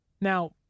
Now